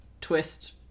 twist